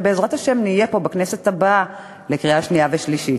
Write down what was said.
ובעזרת השם נהיה פה בכנסת הבאה לקריאה שנייה ושלישית.